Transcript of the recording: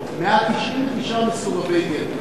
199 מסורבי גט.